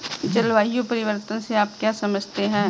जलवायु परिवर्तन से आप क्या समझते हैं?